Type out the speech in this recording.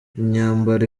imyambaro